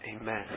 Amen